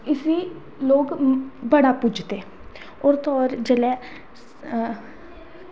इसी लोग बड़ा पूजदे होर ते होर जेल्लै